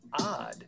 odd